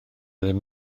ddim